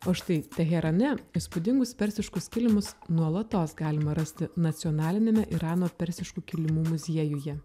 o štai teherane įspūdingus persiškus kilimus nuolatos galima rasti nacionaliniame irano persiškų kilimų muziejuje